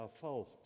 false